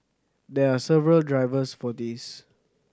there are several drivers for this